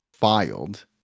filed